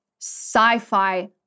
sci-fi